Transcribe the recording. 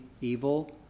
evil